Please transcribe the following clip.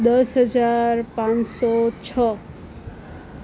દસ હજાર પાંચસો છ